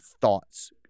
thoughts